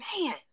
man